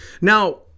Now